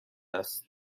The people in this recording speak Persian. هست